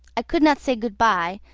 i could not say good-by,